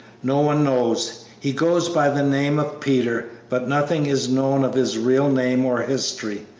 no one knows. he goes by the name of peter, but nothing is known of his real name or history.